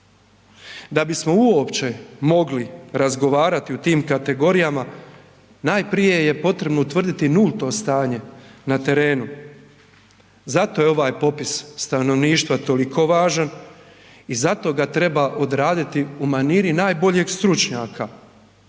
Da bismo uopće mogli razgovarati u tim kategorijama, najprije je potrebno utvrditi nulto stanje na terenu. Zato je ovaj popis stanovništva toliko važan i zato ga treba odraditi u maniri najboljeg stručnjaka